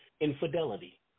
infidelity